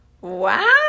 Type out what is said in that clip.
Wow